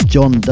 John